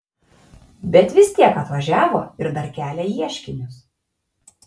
bet vis tiek atvažiavo ir dar kelia ieškinius